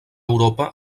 europa